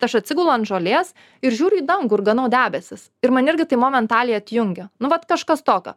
tai aš atsigulu ant žolės ir žiūriu į dangų ir ganau debesis ir man irgi tai momentaliai atjungia nu vat kažkas tokio